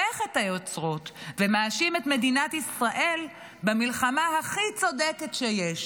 את היוצרות ומאשים את מדינת ישראל במלחמה הכי צודקת שיש.